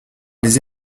les